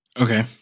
Okay